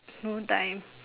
no time